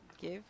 give